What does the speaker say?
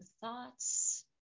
thoughts